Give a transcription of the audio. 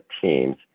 teams